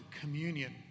communion